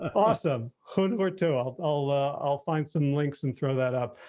ah awesome. humberto. i'll i'll ah i'll find some links and throw that up.